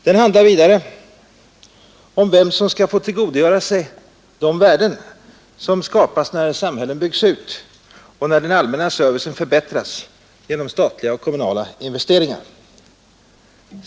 Den handlar vidare om vem som skall få tillgodogöra sig de värden som skapas när samhällen byggs ut och lnär den allmänna servicen förbättras genom statliga och kommunala investeringar.